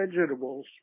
Vegetables